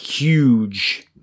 huge